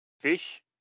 Fish